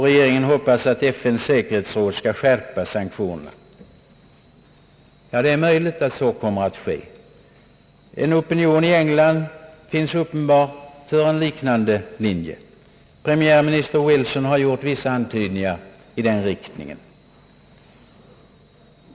Regeringen hoppas att FN:s säkerhetsråd skall skärpa sanktionerna. Det är möjligt att så kommer att ske. En opinion i England finns uppenbarligen för en liknande linje. Premiärminister Wilson har gjort vissa antydningar i den riktningen.